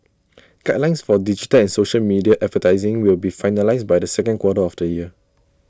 guidelines for digital and social media advertising will be finalised by the second quarter of this year